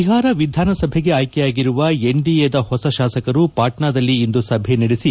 ಬಿಹಾರ ವಿಧಾನಸಭೆಗೆ ಆಯ್ಕೆಯಾಗಿರುವ ಎನ್ ಡಿಎದ ಹೊಸ ಶಾಸಕರು ಪಾಟ್ನಾದಲ್ಲಿ ಇಂದು ಸಭೆ ನಡೆಸಿ